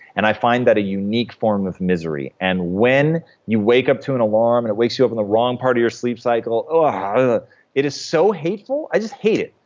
and i find that a unique form of misery and when you take up to an alarm and it wakes you up in the wrong part of your sleep cycle, um ah it is so hateful. i just hate it.